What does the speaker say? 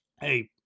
Hey